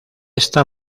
esta